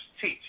teach